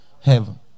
heaven